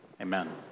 amen